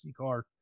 card